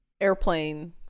airplane